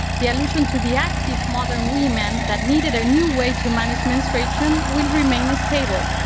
the allusion to the active modern women that needed a new way to manage menstruation will remain a staple.